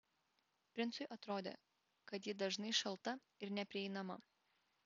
princui atrodė kad ji dažnai šalta ir neprieinama